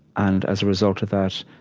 and as a result of that,